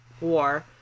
war